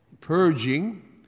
purging